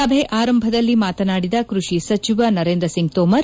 ಸಭೆ ಆರಂಭದಲ್ಲಿ ಮಾತನಾಡಿದ ಕ್ವಡಿ ಸಚಿವ ನರೇಂದ್ರ ಸಿಂಗ್ ತೋಮರ್